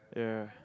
yeah